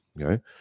Okay